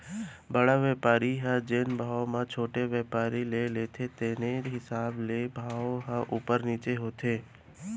बड़का बेपारी ह जेन भाव म छोटे बेपारी ले लेथे तेने हिसाब ले भाव ह उपर नीचे होथे